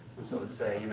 so i'd say,